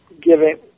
giving